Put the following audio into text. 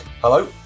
hello